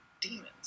demons